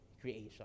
creation